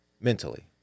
mentally